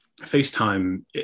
FaceTime